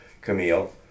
Camille